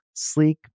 sleek